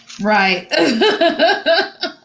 Right